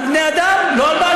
על בני-אדם, לא על בעלי-חיים.